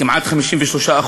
כמעט 53%,